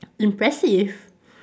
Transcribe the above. impressive